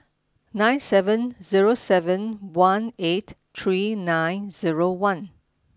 nine seven zero seven one eight three nine zero one